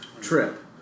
trip